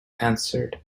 answered